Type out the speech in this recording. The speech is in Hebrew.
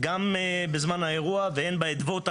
גם בזמן האירוע והן באדוות הכלכליות,